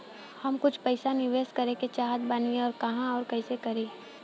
हम कुछ पइसा निवेश करे के चाहत बानी और कहाँअउर कइसे करी?